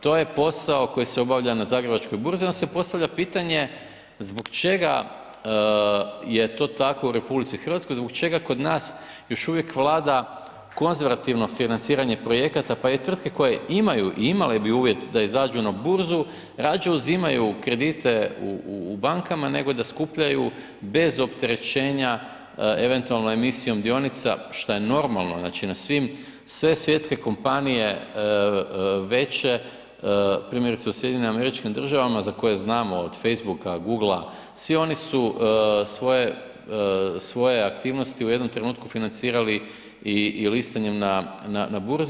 To je posao koji se obavlja na zagrebačkoj burzi i onda se postavlja pitanje zbog čega je to tako u RH, zbog čega kod nas još uvijek vlada konzervativno financiranje projekata pa i tvrtke koje imaju i imale bi uvjet da izađu na burzu rađe uzimaju kredite u bankama nego da skupljaju bez opterećenja eventualno emisijom dionica, šta je normalo, znači na svim, sve svjetske kompanije veće, primjerice u SAD-u za koje znamo od facebooka, googlea svi oni su svoje aktivnosti u jednom trenutku financirali i listanjem na burzi.